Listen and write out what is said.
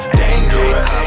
dangerous